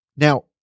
Now